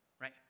right